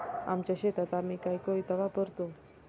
आमच्या शेतात आम्ही कोयता वापरतो